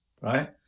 right